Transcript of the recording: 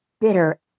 bitter